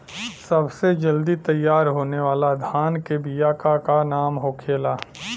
सबसे जल्दी तैयार होने वाला धान के बिया का का नाम होखेला?